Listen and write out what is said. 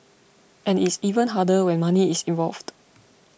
and it's even harder when money is involved